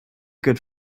good